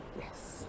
yes